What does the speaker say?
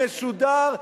משודר,